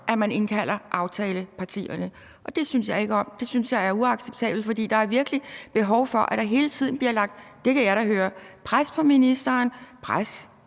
før man indkalder aftalepartierne. Det synes jeg ikke om, og det synes jeg er uacceptabelt, for der er virkelig behov for, at der hele tiden bliver lagt – det kan jeg da høre – pres på ministeren, pres